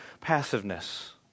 passiveness